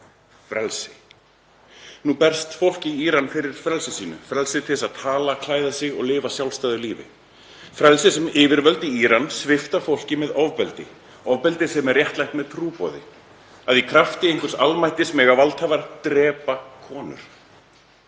frelsi. Nú berst fólk í Íran fyrir frelsi sínu, frelsi til að tala, klæða sig og lifa sjálfstæðu lífi, frelsi sem yfirvöld í Íran svipta fólk með ofbeldi sem er réttlætt með trúboði, að í krafti einhvers almættisins megi valdhafar drepa konur.